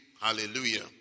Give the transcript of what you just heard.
Hallelujah